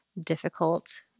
difficult